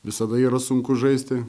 visada yra sunku žaisti